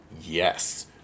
Yes